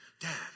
Dad